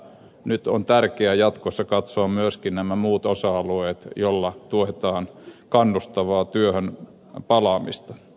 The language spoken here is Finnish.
nyt on tärkeää jatkossa katsoa myöskin nämä muut osa alueet joilla tuetaan kannustavaa työhön palaamista